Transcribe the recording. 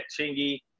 Chingy